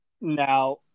Now